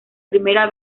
primera